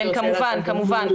כמובן.